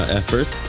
effort